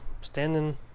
Standing